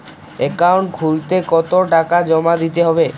Account খুলতে কতো টাকা জমা দিতে হবে?